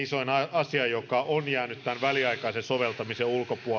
asia joka on jäänyt tämän väliaikaisen soveltamisen ulkopuolelle on tämä